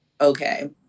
okay